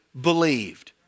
believed